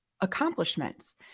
accomplishments